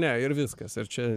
ne ir viskas ar čia